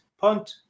punt